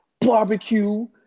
barbecue